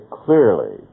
clearly